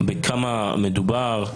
בכמה מדובר,